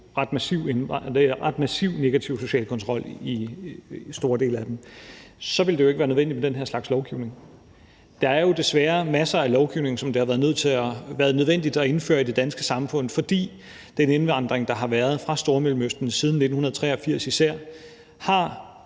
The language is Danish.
ret massiv negativ social kontrol – i store dele af indvandrermiljøerne, så ville det ikke være nødvendigt med den her slags lovgivning. Der er jo desværre masser af lovgivning, som det har været nødvendigt at indføre i det danske samfund, fordi den indvandring, der har været fra Stormellemøsten siden 1983 især, har